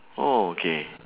oh okay